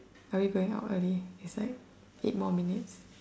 are we going out already it's like eight more minutes